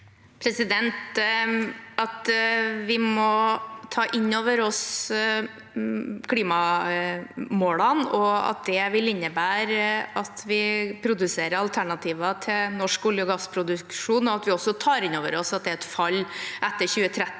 Vi må ta innover oss klimamålene og at de vil innebære at vi produserer alternativer til norsk olje og gass. Vi må også ta innover oss at det er et fall etter 2030.